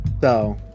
So-